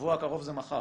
השבוע הקרוב זה מחר.